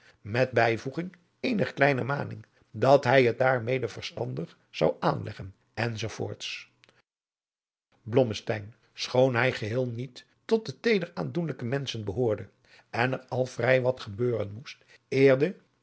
met bijvoeging eener kleine maning dat hij het daar mede verstandig zou aanleggen enz adriaan loosjes pzn het leven van johannes wouter blommesteyn blommesteyn schoon hij geheel niet tot de teeder aandoenlijke menschen behoorde en er al vrij wat gebeuren moest eer